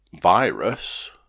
virus